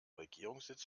regierungssitz